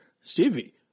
Stevie